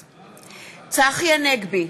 וקנין,